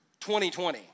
2020